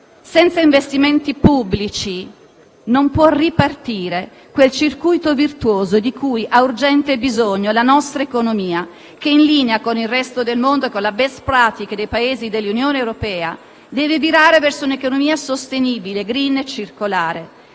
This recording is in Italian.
Senza investimenti pubblici non può ripartire quel circuito virtuoso di cui ha urgente bisogno la nostra economia, che, in linea con il resto del mondo, con le *best practice* dei Paesi dell'Unione europea, deve virare verso un'economia sostenibile, *green* e circolare.